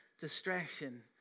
distraction